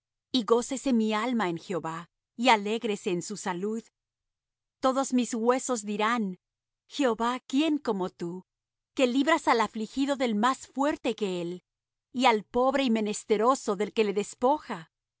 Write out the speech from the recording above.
y gócese mi alma en jehová y alégrese en su salud todos mis huesos dirán jehová quién como tú que libras al afligido del más fuerte que él y al pobre y menesteroso del que le despoja